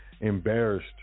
embarrassed